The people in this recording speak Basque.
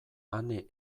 ane